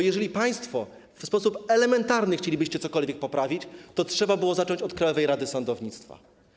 Jeżeli państwo w sposób elementarny chcielibyście cokolwiek poprawić, to trzeba było zacząć od Krajowej Rady Sądownictwa.